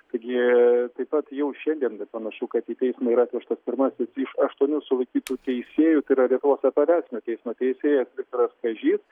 taigi taip pat jau šiandien panašu kad į teismą yra atvežtas pirmasis iš aštuonių sulaikytų teisėjų tai yra lietuvos apeliacinio teismo teisėjas viktoras kažys